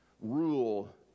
rule